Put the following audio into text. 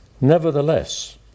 Nevertheless